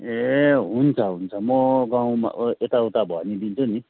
ए हुन्छ हुन्छ म गाउँमा यताउता भनिदिन्छु नि